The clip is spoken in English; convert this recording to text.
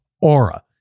Aura